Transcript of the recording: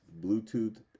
Bluetooth